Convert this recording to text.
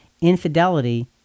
Infidelity